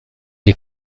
est